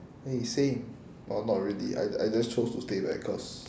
!hey! same well not really I I just chose to stay back cause